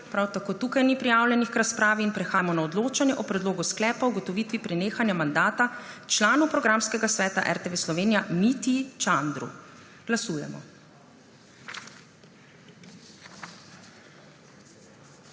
Prav tako tukaj ni prijavljenih k razpravi, zato prehajamo na odločanje o Predlogu sklepa o ugotovitvi prenehanja mandata članu Programskega sveta RTV Slovenija Mitji Čandru. Glasujemo.